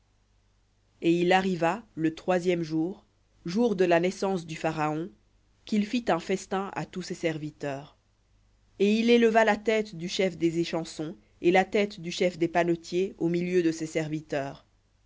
et il arriva le troisième jour jour de la naissance du pharaon qu'il fit un festin à tous ses serviteurs et il éleva la tête du chef des échansons et la tête du chef des panetiers au milieu de ses serviteurs